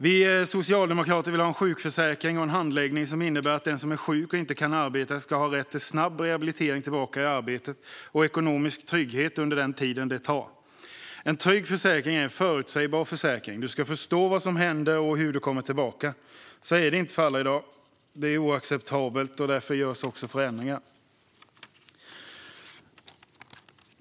Vi socialdemokrater vill ha en sjukförsäkring och en handläggning som innebär att den som är sjuk och inte kan arbeta ska ha rätt till snabb rehabilitering tillbaka i arbete och ekonomisk trygghet under den tid det tar. En trygg försäkring är en förutsägbar försäkring. Du ska förstå vad som händer och hur du kommer tillbaka. Så är det inte för alla i dag, och det är oacceptabelt. Därför görs också förändringar.